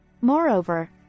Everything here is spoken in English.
Moreover